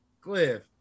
Cliff